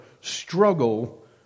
struggle